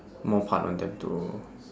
more part on that too